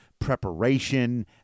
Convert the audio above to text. preparation